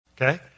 Okay